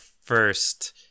first